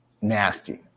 nasty